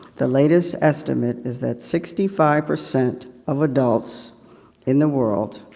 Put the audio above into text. the latest estimate, is that sixty five percent of adults in the world,